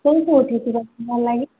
କେଉଁଠି କେଉଁଠି